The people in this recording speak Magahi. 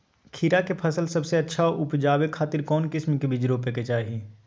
खीरा के फसल सबसे अच्छा उबजावे खातिर कौन किस्म के बीज रोपे के चाही?